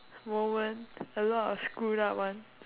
moment a lot of screwed up one